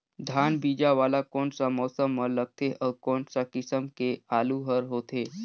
धान बीजा वाला कोन सा मौसम म लगथे अउ कोन सा किसम के आलू हर होथे?